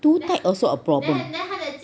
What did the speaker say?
too tight also a problem